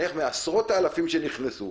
איך מהעשרות אלפים שנכנסו,